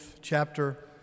chapter